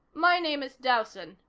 my name is dowson,